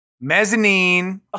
mezzanine